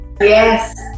yes